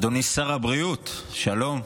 אדוני שר הבריאות, שלום.